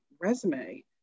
resume